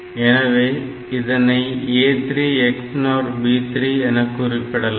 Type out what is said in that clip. எனவே இதனை A3 XNOR B3 என குறிப்பிடலாம்